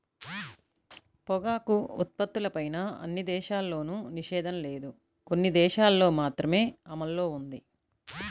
పొగాకు ఉత్పత్తులపైన అన్ని దేశాల్లోనూ నిషేధం లేదు, కొన్ని దేశాలల్లో మాత్రమే అమల్లో ఉన్నది